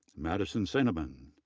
madison sanneman,